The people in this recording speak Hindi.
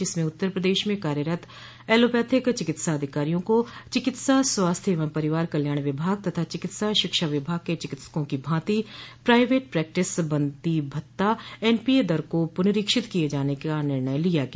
जिसमें उत्तर प्रदेश में कार्यरत एलोपैथिक चिकित्सा अधिकारियों को चिकित्सा स्वास्थ्य एवं परिवार कल्याण विभाग तथा चिकित्सा शिक्षा विभाग क चिकित्सकों की भांति प्राइवेट प्रैक्टिस बंदी भत्ता एनपीए दर को प्रनरीक्षित किए जाने का निर्णय लिया गया